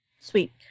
Sweet